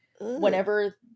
Whenever